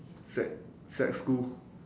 sec sec school